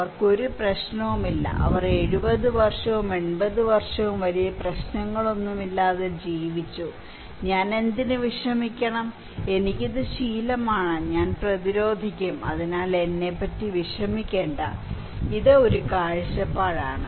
അവർക്ക് ഒരു പ്രശ്നവുമില്ല അവർ 70 വർഷവും 80 വർഷവും വലിയ പ്രശ്നങ്ങളൊന്നുമില്ലാതെ ജീവിച്ചു ഞാൻ എന്തിന് വിഷമിക്കണം എനിക്ക് ഇത് ശീലമാണ് ഞാൻ പ്രതിരോധിക്കും അതിനാൽ എന്നെക്കുറിച്ച് വിഷമിക്കേണ്ട ഇത് ഒരു കാഴ്ചപ്പാടാണ്